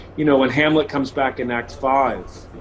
you know, when hamlet comes back in act five,